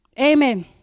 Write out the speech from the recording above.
Amen